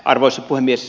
arvoisa puhemies